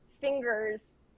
fingers